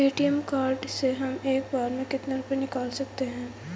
ATM card से हम एक बार में कितने रुपये निकाल सकते हैं?